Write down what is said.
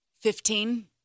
Fifteen